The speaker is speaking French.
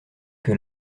que